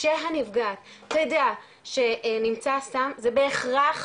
כשהנפגעת תדע שנמצא סם זה בהכרח